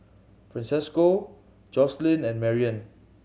Francesco Joselin and Marian